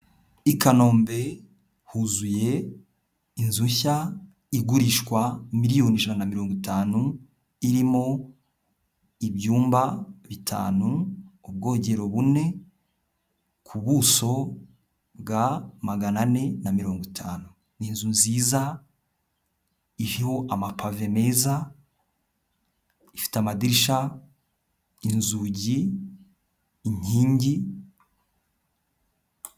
I Kanombe huzuye inzu nshya igurishwa miliyoni ijana mirongo itanu, irimo ibyumba bitanu, ubwogero bune, ku buso bwa magana ane na mirongo itanu, ni inzu nziza iriho amapave meza, ifite amadirisha, inzugi, inkingi.